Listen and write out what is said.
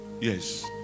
yes